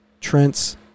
Trent's